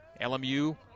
LMU